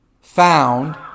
found